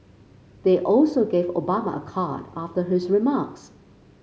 they also gave Obama a card after his remarks